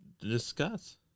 discuss